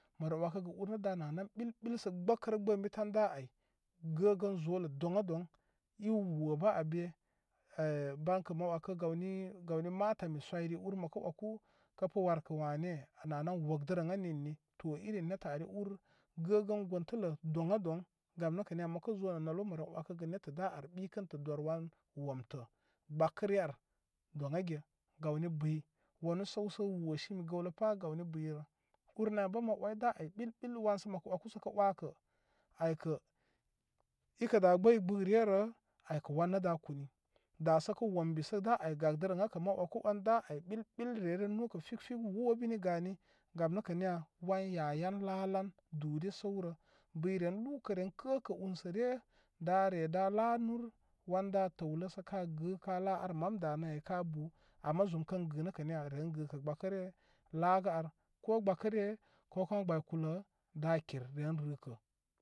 Wəkəgə ur nə ka na nan ɓil ɓil gbəkərə gbə da ay gə gən zolə doŋ a doŋ i wobə an be e baŋkə ma wəkə gawni matani soyri ur məkə wəku kəpə warkə wane na nan wokdərənna ninni to irin nettəri ur gə gən gontələ doy a doŋ gamnəkə niya məkə zo nə nolbə məre wəkəgə nette da ar ɓikəntə dor wan womtə gbakəre al doŋ age gawni buy wanə səwsə wosi nə gəwləpa sə gawni buyrə ur nama bə ma wəy da ay ɓil ɓil wan sə məkə wəku sə wəkə ay kə ikə da gbəy gbə rerə aykə wannə da kuni da sə kə wombi sə da ay gakdarannə kə ma wəkuwən da ay ɓil ɓil reren nukə fil fil reren nukə wobini gani gam nəkə niya wan ya yan la lan duri səwrə buy ren lukə ren kəkə lemsəre dare da la nur wan da təwnə sə ka gə ka la ar mam da nə ay ka bu ama zum kən gə nəkə niya ren gəkə gbəkəre lagə ar ko gbəkəre ko kuma gbəy kulə da kir re rəkə.